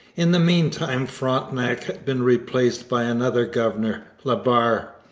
in the meantime frontenac had been replaced by another governor, la barre.